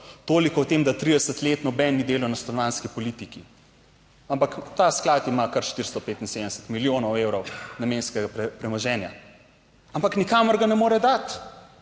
Toliko o tem, da 30 let noben ni delal na stanovanjski politiki. Ampak ta sklad ima kar 475 milijonov evrov namenskega premoženja, ampak nikamor ga ne more dati,